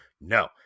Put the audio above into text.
no